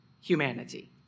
humanity